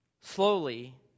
Slowly